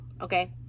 Okay